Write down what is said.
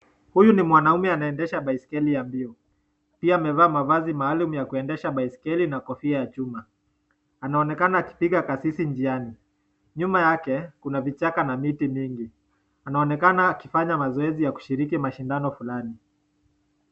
Huyu ni mwanaume anaendesha baiskeli ya mbio. Pia amevaa mavazi maalum ya kuendesha baiskeli na kofia ya chuma. Anaonekana akipiga kasisi njiani, nyuma yake kuna vichaka na miti mingi. Anaonekana akifanya mazoezi ya kushiriki mashindano fulani.